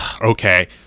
Okay